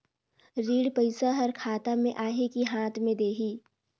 ऋण पइसा हर खाता मे आही की हाथ मे देही?